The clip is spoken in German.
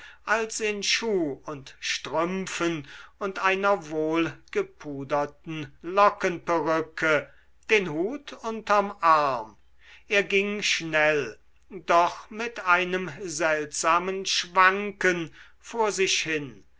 als in schuh und strümpfen und einer wohlgepuderten lockenperücke den hut unterm arm er ging schnell doch mit einem seltsamen schwanken vor sich hin